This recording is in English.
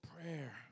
prayer